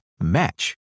match